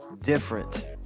different